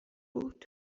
بود